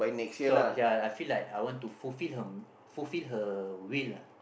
so ya I feel like I want to fulfill her fulfill her will lah